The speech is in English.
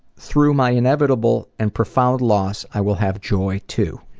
through my inevitable and profound loss, i will have joy, too.